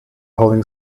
holding